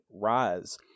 rise